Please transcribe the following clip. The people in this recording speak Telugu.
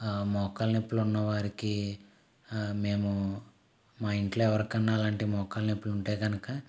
మోకాళ్ల నొప్పులు ఉన్నవారికి మేము మా ఇంట్లో ఎవరికన్నా అలాంటి మోకాళ్ల నొప్పులుంటే కనుక